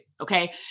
Okay